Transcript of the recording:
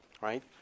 right